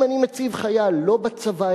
אם אני מציב חייל לא בצבא,